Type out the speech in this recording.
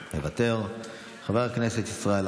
מוותר, חבר הכנסת ישראל אייכלר,